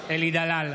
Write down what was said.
אלי דלל,